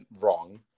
wrong